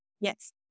Yes